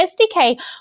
sdk